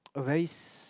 a very